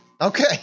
Okay